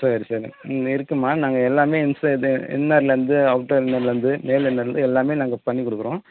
சரி சரி ம் இருக்குமா நாங்கள் எல்லாமே இன் இது இன்னர்லேருந்து அவுட்டர் இன்னர்லருந்து மேல் இன்னர்லருந்து எல்லாமே நாங்கள் பண்ணி கொடுக்குறோம்